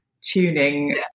tuning